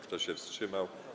Kto się wstrzymał?